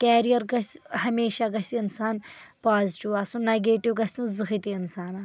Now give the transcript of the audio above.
career گژھِ ہمیٚشہٕ گژھِ اِنسان پوزِٹیِو آسُن نَگیٚٹِو گژھِ نہٕ زٕہنۍ تہِ آسُن